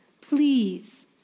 Please